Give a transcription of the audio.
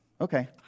okay